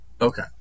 Okay